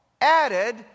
added